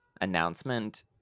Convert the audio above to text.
announcement